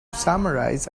summarize